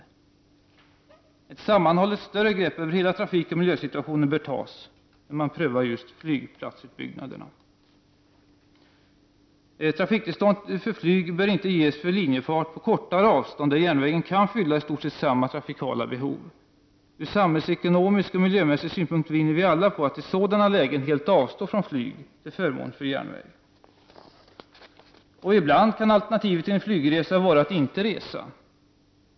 Man bör ta ett större sammanhållet grepp över hela trafikoch miljösituationen när man prövar flygplatsutbyggnaderna. Trafiktillstånd för flyg bör inte ges för linjefart på kortare avstånd där järnvägen kan fylla i stort sett samma trafikala behov. Ur samhällsekonomisk och miljömässig synpunkt vinner vi alla på att i sådana lägen helt avstå från flyg till förmån för järnväg. Ibland kan alternativet till en flygresa vara att inte resa.